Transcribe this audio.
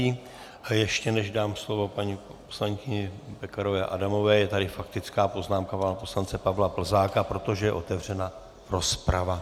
A ještě než dám slovo paní poslankyni Pekarové Adamové, je tady faktická poznámka pana poslance Pavla Plzáka, protože je otevřena rozprava.